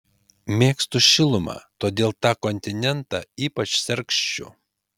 mėgstu šilumą todėl tą kontinentą ypač sergsčiu